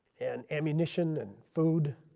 and ammunition and food.